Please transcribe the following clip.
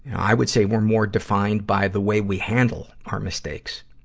and i would say we're more defined by the way we handle our mistakes.